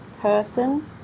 person